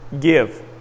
give